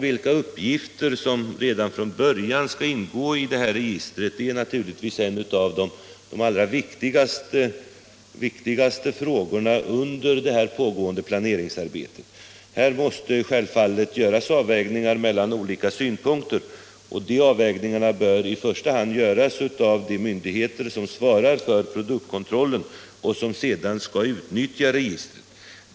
Vilka uppgifter som redan från början skall ingå i registret är naturligtvis en av de allra viktigaste frågorna under det pågående planeringsarbetet. Här måste självfallet avvägningar göras mellan olika synpunkter. De avvägningarna bör i första hand göras av de myndigheter som svarar för produktkontrollen och som sedan skall utnyttja registret.